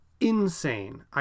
insane